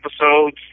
episodes